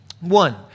One